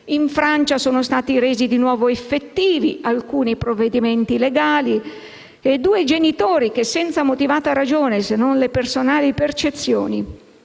In Francia sono stati resi di nuovo effettivi alcuni provvedimenti legali e due genitori, che senza motivata ragione - se non le personali percezioni